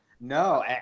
No